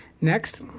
Next